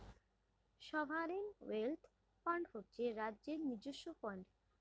sovereign wealth fund হচ্ছে রাজ্যের নিজস্ব ফান্ড